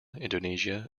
indonesia